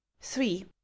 three